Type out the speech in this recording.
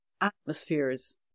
atmospheres